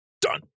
done